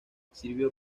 sirvió